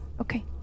Okay